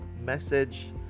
message